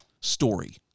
story